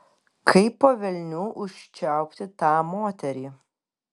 kaip po velnių užčiaupti tą moterį